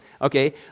Okay